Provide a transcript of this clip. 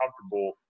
comfortable